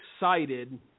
excited